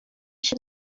się